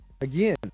again